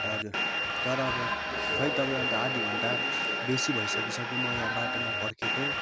हजुर तर अब खै तपाईँ अन्त आधी घन्टा बेसी भई सकिसक्यो म यहाँ बाटोमा पर्खेको